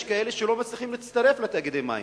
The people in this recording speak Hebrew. יש כאלה שלא מצליחים להצטרף לתאגידי מים,